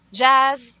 jazz